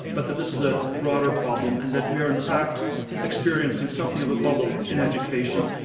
but that this is a broader problem and that we are in fact experiencing something of a bubble in education,